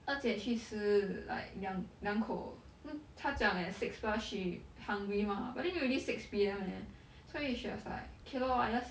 二姐去吃 like 两两口 n~ 她讲 at six plus she hungry mah but then you already six P_M eh 所以 she was like K lor I ask